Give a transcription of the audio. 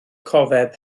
cofeb